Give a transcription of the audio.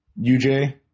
UJ